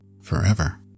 forever